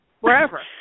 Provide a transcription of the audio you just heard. wherever